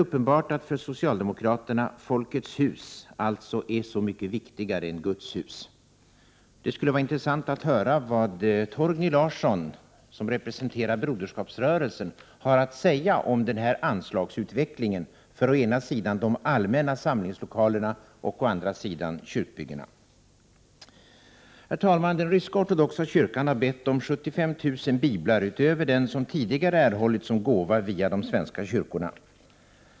För socialdemokraterna är alltså — det är uppenbart — Folkets hus så mycket viktigare än Guds hus. Det skulle vara intressant att höra vad Torgny Larsson, som representerar Broderskapsrörelsen, har att säga om den här anslagsutvecklingen för å ena sidan de allmänna samlingslokalerna och å andra sidan kyrkbyggena. Herr talman! Den ryska ortodoxa kyrkan har bett om 75 000 biblar utöver dem som tidigare erhållits som gåva via de svenska kyrkorna.